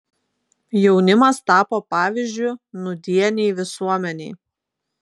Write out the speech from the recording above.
jaunimas tapo pavyzdžiu nūdienei visuomenei